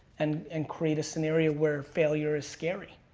and and create a scenario where failure is scary.